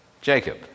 Jacob